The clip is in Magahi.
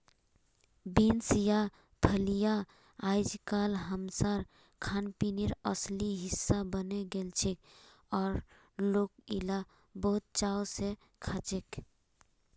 बींस या फलियां अइजकाल हमसार खानपीनेर असली हिस्सा बने गेलछेक और लोक इला बहुत चाव स खाछेक